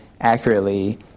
accurately